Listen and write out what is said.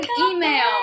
email